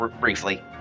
briefly